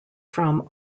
from